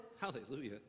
Hallelujah